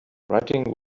writing